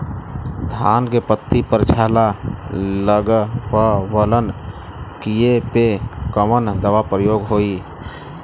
धान के पत्ती पर झाला लगववलन कियेपे कवन दवा प्रयोग होई?